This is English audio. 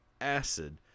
acid